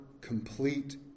complete